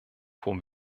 vor